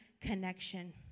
connection